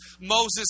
Moses